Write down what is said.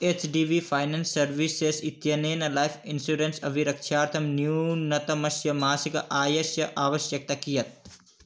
H D B finance services इत्यनेन life insurance अभिरक्षार्थं न्यूनतमस्य मासिक आयस्य आवश्यक्ता कीयत्